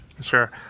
sure